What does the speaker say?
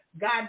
God